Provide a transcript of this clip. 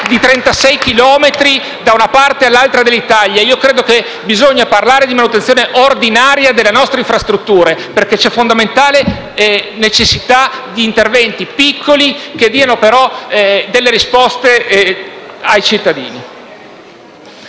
di 36 chilometri da una parte all'altra dell'Italia. *(Applausi dai Gruppi M5S e* *L-SP)*. Credo che bisogna parlare di manutenzione ordinaria delle nostre infrastrutture, perché c'è fondamentale necessità di interventi piccoli, che diano, però, risposte ai cittadini.